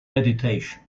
meditation